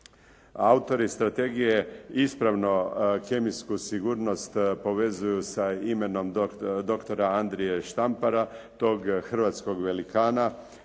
Autori strategije ispravnu kemijsku sigurnost povezuju sa imenom doktora Andrije Štampara, tog hrvatskog velikana,